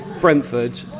Brentford